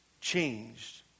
changed